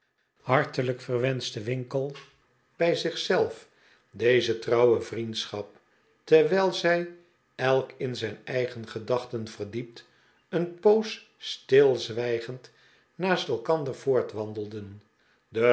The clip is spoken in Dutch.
hartelijk verwenschte winkle bij zich zelf deze trouwe vriendschap terwijl zij elk in zijn eigen gedachten verdiept een poos stilzwijgend naast elkander voortwandelden de